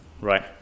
right